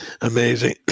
amazing